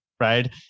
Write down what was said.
Right